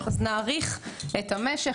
אז נאריך את המשך,